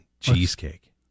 Cheesecake